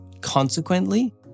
Consequently